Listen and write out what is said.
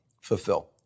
fulfill